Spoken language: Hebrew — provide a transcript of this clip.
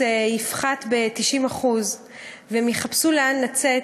בנילוס יפחתו ב-90% והם יחפשו לאן לצאת,